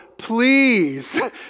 please